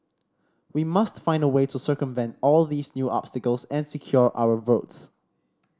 we must find a way to circumvent all these new obstacles and secure our votes